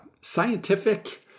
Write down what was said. scientific